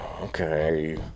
okay